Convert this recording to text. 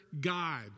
God